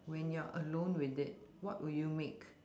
when you're alone with it what will you make